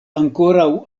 ankoraŭ